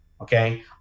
Okay